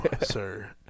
sir